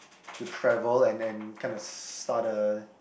to travel and and kind of start a